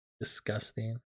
disgusting